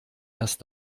erst